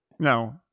No